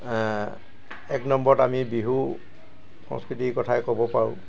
এক নম্বৰত আমি বিহু সংস্কৃতিৰ কথা ক'ব পাৰোঁ